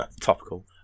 Topical